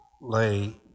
lay